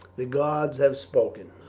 the gods have spoken.